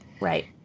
Right